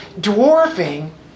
dwarfing